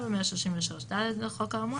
133ד לחוק האמור,